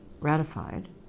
ratified